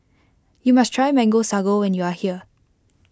you must try Mango Sago when you are here